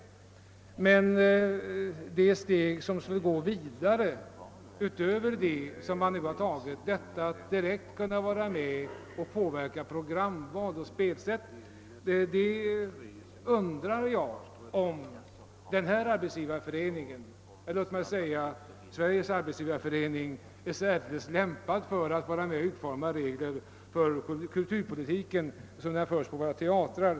När det gäller det steg som skulle gå utöver det man nu har tagit, dvs. att de anställda direkt skulle få påverka programval och spelsätt, undrar jag emellertid om denna arbetsgivarorganisation — eller låt mig säga Svenska arbetsgivareföreningen — är särdeles lämpad för att utforma regler för hur kulturpolitiken skall utvecklas på våra teatrar.